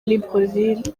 libreville